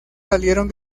salieron